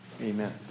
Amen